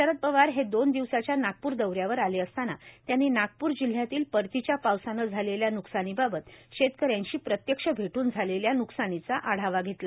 रद पवार हे दोन दिवसाच्या नागपूर दौऱ्यावर आले असताना त्यांनी नागपूर जिल्ह्यातील परतीच्या पावसानं झालेल्या नुकसानीबाबत ौतकऱ्यांशी प्रत्यक्ष भेटून झालेल्या नुकसानीचा आढवा घेतला